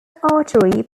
artery